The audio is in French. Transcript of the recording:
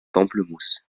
pamplemousses